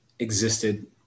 existed